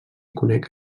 conec